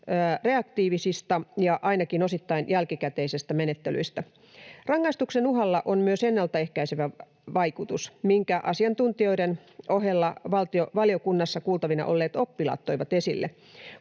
reaktiivisista ja ainakin osittain jälkikäteisistä menettelyistä. Rangaistuksen uhalla on myös ennaltaehkäisevä vaikutus, minkä asiantuntijoiden ohella valiokunnassa kuultavina olleet oppilaat toivat esille.